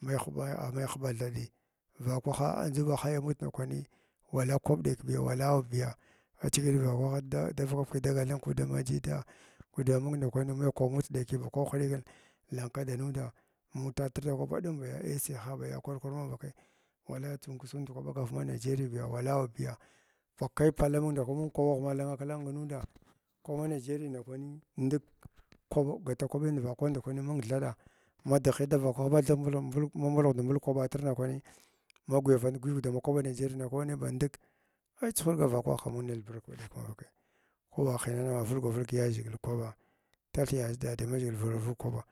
mai agh mai huɓa thaɗi vakwaha vakwaha andʒu ba haya amun ndakwani wala kwaɓ ɗek biyo walawbysa a chiyit vakwah ada vaka vaka ko dagal da ma jidda ko dama ko aɗa mai kwaba mut ɗekii ba kwaɓ hiɗikən lankada nuda mutatr ndakwan ba ɗhum ba ya arc, yaha bay kwar kwara manvakai wala ntsunkusa ndukwa ɓagar ma nigeriyin biya walawbiya bakai palla amugh ndalwa kwabagh lanak lang nuda kwa ma nageri ndakwani nduk mung thaɗag ma dihya dig da vakwahin ma thugha ma ma mulghda mulg kwaɓatr ndakwani ma ghiyavant gwig da ma kwaɓa nageri ndakwai banadukka ai chuhurga vakwah kam mang naalbank ba ɗek havakai ko ba hinana vulgwa vulg yaʒhigila kwaɓa twith ya yada damaʒhigila vulwa vulg ku kwaɓa.